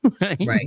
Right